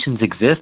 exist